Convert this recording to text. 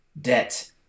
debt